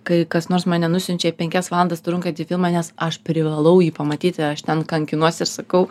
kai kas nors mane nusiunčia į penkias valandas trunkantį filmą nes aš privalau jį pamatyti aš ten kankinuosi ir sakau